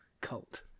cult